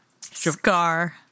Scar